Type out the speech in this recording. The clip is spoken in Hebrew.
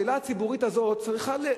השאלה הציבורית הזאת צריכה,